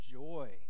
joy